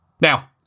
Now